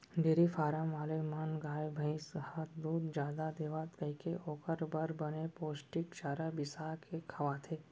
dairy farm वाले मन गाय, भईंस ह दूद जादा देवय कइके ओकर बर बने पोस्टिक चारा बिसा के खवाथें